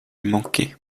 manquer